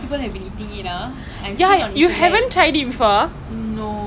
I won't scream dey you know I've been there before right ramya forced me to go for her birthday